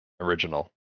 original